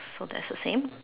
so that's the same